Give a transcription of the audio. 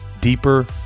deeper